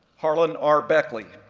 harlan r. beckley,